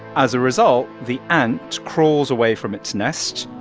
as a result, the ant crawls away from its nest,